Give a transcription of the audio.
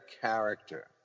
character